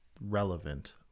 relevant